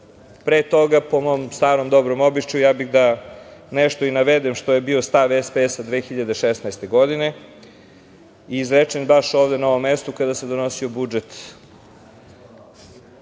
Pre toga, po mom starom dobrom običaju, naveo bih nešto što je bio stav SPS 2016. godine, izrečen baš ovde na ovom mestu, kada se donosio budžet.